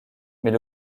mais